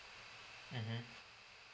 mmhmm